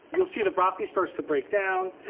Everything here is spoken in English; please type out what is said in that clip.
you'll see the broccoli starts to break down,